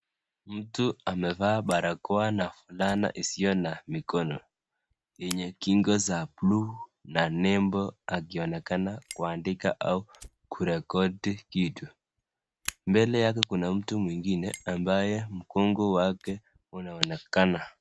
Mtu amevaa barakoa na fulana isiyo na mikono yenye kingo za buluu na nembo, akionekana kuandika au kurekodi kitu. Mbele yake kuna mtu mwingine ,ambaye mgongo wake unaonekana.